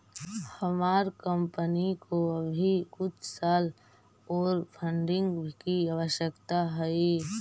हमार कंपनी को अभी कुछ साल ओर फंडिंग की आवश्यकता हई